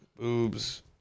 Boobs